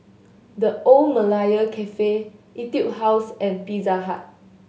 The Old Malaya Cafe Etude House and Pizza Hut